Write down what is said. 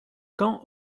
quand